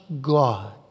God